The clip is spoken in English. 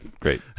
great